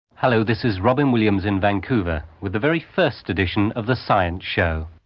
hello, this is robyn williams in vancouver, with the very first edition of the science show.